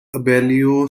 abellio